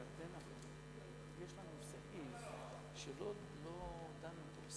אדוני היושב-ראש, רבותי